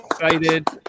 excited